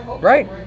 Right